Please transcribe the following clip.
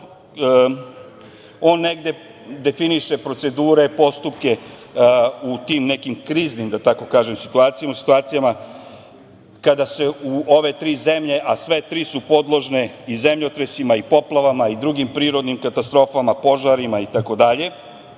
on negde definiše procedure, postupke u tim nekih, da tako kažem, kriznim situacijama, u situacijama kada se u ove tri zemlje, a sve tri su podložne i zemljotresima i poplava i drugim prirodnim katastrofama, požarima i